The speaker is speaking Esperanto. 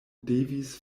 devis